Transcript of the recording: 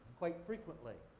quite frequently.